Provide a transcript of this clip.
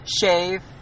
shave